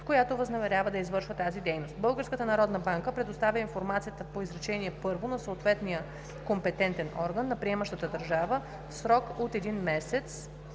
която възнамерява да извършва тази дейност. Българската народна банка предоставя информацията по изречение първо на съответния компетентен орган на приемащата държава в срок от един месец